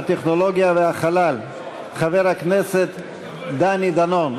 הטכנולוגיה והחלל חבר הכנסת דני דנון.